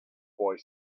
boy